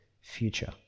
future